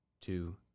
two